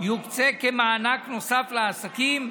יוקצה כמענק נוסף לעסקים,